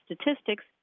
Statistics